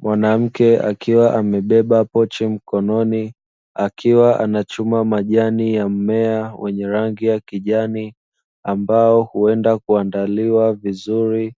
Mwanamke akiwa amebeba pochi mkononi, akiwa anachuma majani ya mmea wenye rangi ya kijani, ambao huenda kuandaliwa vizuri